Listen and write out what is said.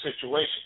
situation